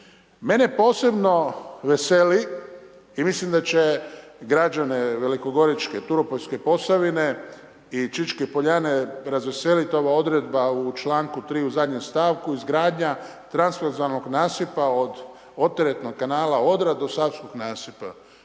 Mene posebno veseli i mislim da će građane velikogoričke, turopoljske Posavine i Čičke Poljane razveseliti ova odredba u čl. 3. u zadnjem stavku izgradnja …/Govornik se ne razumije./ … nasipa od oteretnog kanala Odra do savskog nasipa.